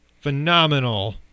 phenomenal